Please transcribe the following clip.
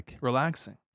Relaxing